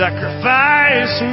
Sacrifice